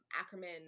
Ackerman